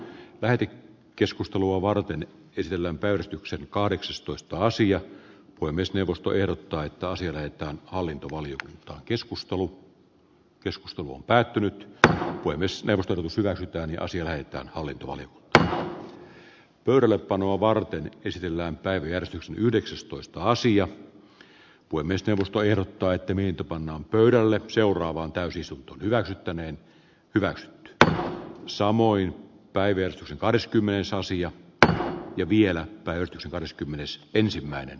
peräti keskustelua varten kysellään päivystyksen kahdeksastoista sija voi myös neuvostojen laittaa sillä että hallintomalli on keskustelu keskustelu on päätynyt tähän voi myös neuvoteltu syvä ääni on sillä että oli valittu pöydällepanoa varten kysellään päivi arte yhdeksästoista sija puimista jos painottaa että mitä pannaan pöydälle seuraavaan täysistunto hyväksyttäneen hyväksi että samoin päiviä kahdeskymmenes asiat taa ja vielä päivityksen kahdeskymmenes ensimmäinen